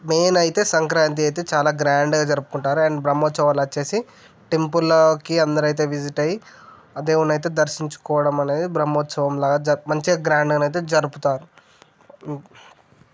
main అయితే సంక్రాంతి అయితే చాలా గ్రాండ్గా జరుపుకుంటారు అండ్ బ్రహ్మోత్సవాలు వచ్చి టెంపుల్లోకి అందరు అయితే విజిట్ అయి ఆ దేవున్ని అయితే దర్శించుకోవడం అనేది బ్రహ్మోత్సవంలాగా జరుపు మంచి గ్రాండ్గనైతే జరుపుతారు